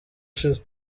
ushize